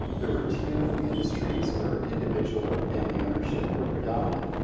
there were two industries where individual or family ownership were predominant,